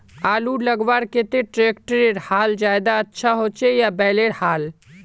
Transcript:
आलूर लगवार केते ट्रैक्टरेर हाल ज्यादा अच्छा होचे या बैलेर हाल?